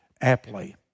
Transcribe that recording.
aptly